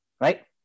right